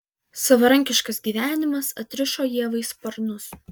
savarankiškas gyvenimas atrišo ievai sparnus